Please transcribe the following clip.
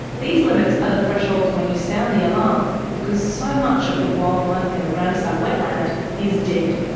these limits are the thresholds when you sound the alarm, because so much of the wildlife in a ramsar wetland is dead.